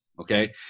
okay